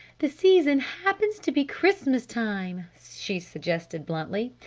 the season happens to be christmas time, she suggested bluntly.